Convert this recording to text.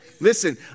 Listen